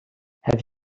have